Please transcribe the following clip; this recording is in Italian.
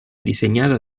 disegnata